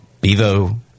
Bevo